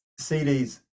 CDs